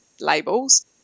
labels